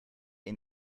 ihn